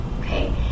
Okay